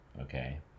okay